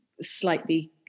slightly